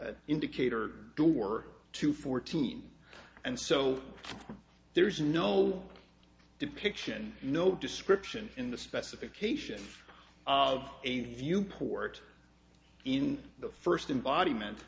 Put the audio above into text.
date indicator door to fourteen and so there is no depiction no description in the specification of a viewport in the first in body meant